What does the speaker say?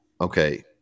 okay